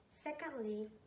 Secondly